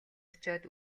очоод